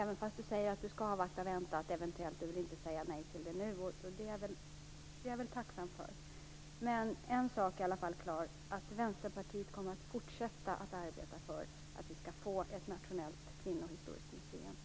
Ministern talar om att avvakta, att vänta. Hon använder ordet eventuellt och hon vill inte nu säga nej, vilket jag är tacksam för. En sak är i alla fall säker, nämligen att Vänsterpartiet kommer att fortsätta att arbeta för ett nationellt kvinnohistoriskt museum.